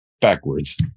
backwards